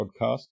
podcast